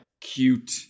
cute